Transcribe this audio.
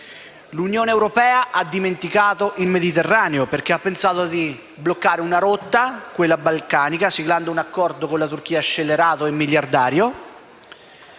L'Unione europea ha dimenticato il Mediterraneo perché ha pensato di bloccare una rotta, quella balcanica, siglando con la Turchia un accordo scellerato e miliardario.